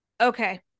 Okay